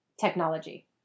technology